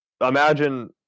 Imagine